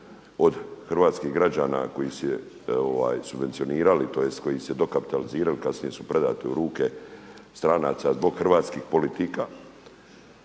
od hrvatskih građana koji su ih subvencionirali tj. koji su dokapitalizirali, a kasnije su predate u ruke stranaca zbog hrvatskih politika.